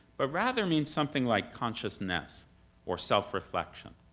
but rather means something like consciousness or self-reflection.